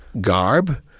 garb